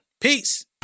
Peace